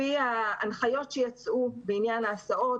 לפי ההנחיות שיצאו בעניין ההסעות,